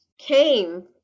came